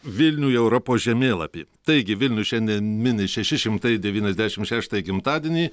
vilnių į europos žemėlapį taigi vilnius šiandien mini šeši šimtai devyniasdešim šeštąjį gimtadienį